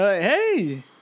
hey